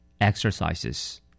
Exercises